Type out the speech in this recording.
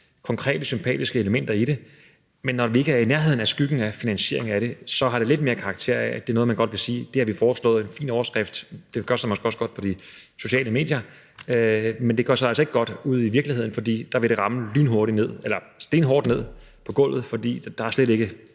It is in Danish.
konkrete og sympatiske elementer i det, men når vi ikke er i nærheden af skyggen af en finansiering af det, så har det lidt mere karakter af, at det er noget, man godt vil sige man har foreslået. Det er en fin overskrift, det gør sig måske også godt på de sociale medier, men det gør sig altså ikke godt ude i virkeligheden. Der vil det falde på gulvet stenhårdt, for der er slet ikke